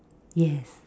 yes